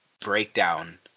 breakdown